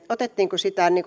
otettiinko sitä